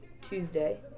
Tuesday